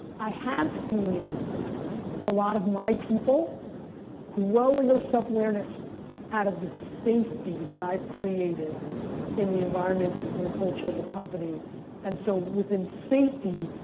i have seen a lot of my people grow in their self-awareness out of the safety that i've created in the environment, in the culture of the company and so within safety,